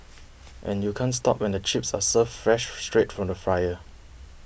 and you can't stop when the chips are served fresh straight from the fryer